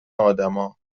آدما